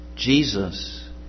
Jesus